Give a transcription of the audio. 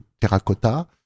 terracotta